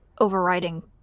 overriding